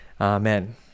Amen